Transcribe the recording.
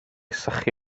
sychu